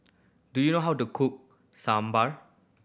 do you know how to cook Sambar